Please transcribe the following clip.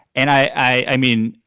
and i mean,